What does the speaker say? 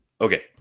okay